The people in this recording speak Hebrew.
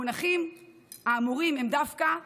המונחים האמורים הם דווקא התפעלות,